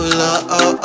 love